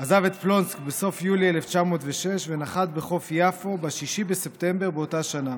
עזב את פלונסק בסוף יולי 1906 ונחת בחוף יפו ב-6 בספטמבר באותה שנה.